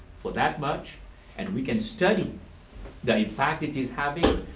for that much and we can study the effect it is having,